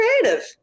creative